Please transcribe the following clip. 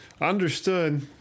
understood